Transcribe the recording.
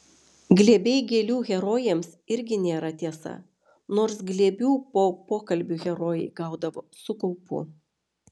glėbiai gėlių herojams irgi nėra tiesa nors glėbių po pokalbių herojai gaudavo su kaupu